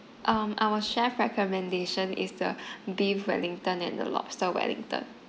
um our chef recommendation is the beef wellington and the lobster wellington